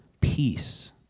peace